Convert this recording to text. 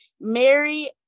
Mary